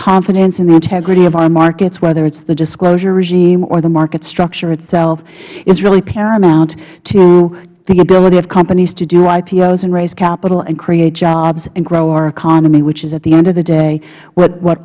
confidence in the integrity of our markets whether it's the disclosure regime or the market structure itself is really paramount to the ability of companies to do ipos and raise capital and create jobs and grow our economy which is at the end of the day what